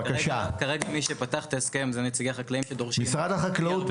כרגע מי שפתח את ההסכם זה נציגי החקלאים שדורשים --- משרד החקלאות,